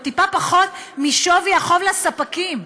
הם טיפה פחות משווי החוב לספקים.